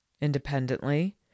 Independently